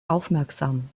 aufmerksam